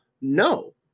no